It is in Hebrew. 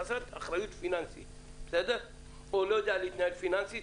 בגלל חוסר אחריות פיננסית או שהוא לא יודע להתנהל פיננסית,